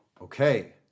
Okay